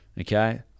Okay